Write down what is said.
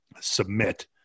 submit